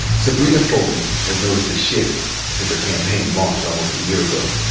sybrina fulton has noticed a shift since her campaign launched almost a year ago.